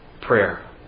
prayer